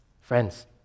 friends